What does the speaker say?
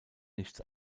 nichts